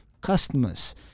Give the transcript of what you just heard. customers